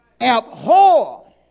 Abhor